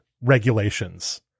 regulations